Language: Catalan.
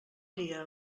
dia